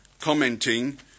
commenting